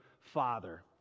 father